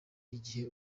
igihe